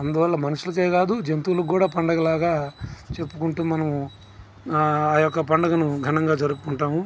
అందువల్ల మనుషులకే కాదు జంతువులకు కూడా పండుగ లాగ చెప్పుకుంటూ మనం ఆ యొక్క పండుగను ఘనంగా జరుపుకుంటాము